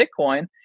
Bitcoin